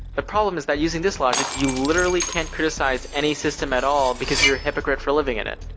the problem is that using this logic, you literally can't criticize any system at all because you're a hypocrite for living in it.